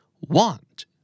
Want